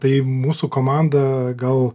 tai mūsų komanda gal